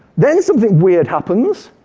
then something weird happens.